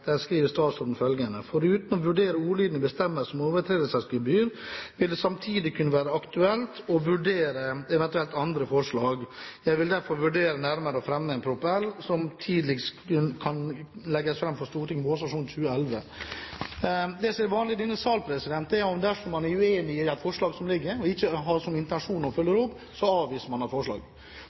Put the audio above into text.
Der skriver statsråden følgende: «Foruten å vurdere ordlyden i bestemmelse om overtredelsesgebyr, vil det samtidig kunne være aktuelt å vurdere evt. andre forslag til endringer. Jeg vil derfor vurdere nærmere å fremme en Prop. L, som tidligst kan legges fram for Stortinget i vårsesjonen 2011.» Det som er vanlig i denne sal dersom man er uenig i et forslag som ligger, og ikke har som intensjon å følge det opp, er at man avviser forslaget. Dersom man